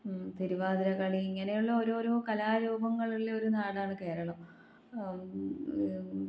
തിരുവാതിരക്കളി ഇങ്ങനെയുള്ള ഓരോരോ കലാരൂപങ്ങളുള്ള ഒരു നാടാണ് കേരളം